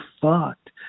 fucked